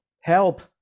help